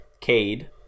Cade